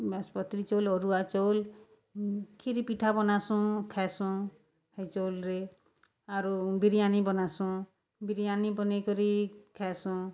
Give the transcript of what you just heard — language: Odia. ବ୍ୟାସପତ୍ରୀ ଚଉଲ୍ ଅରୁଆ ଚଉଲ୍ କ୍ଷିରି ପିଠା ବନାସୁଁ ଖାଏସୁଁ ହେ ଚଉଲ୍ରେ ଆରୁ ବିରିୟାନି ବନାସୁଁ ବିରିୟାନି ବନେଇକରି ଖାଏସୁଁ